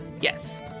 Yes